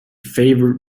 favoured